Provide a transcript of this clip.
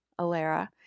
Alara